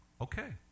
okay